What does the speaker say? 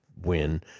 win